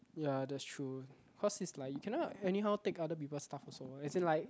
ya that's true cause it's like you cannot anyhow take other people stuff also as in like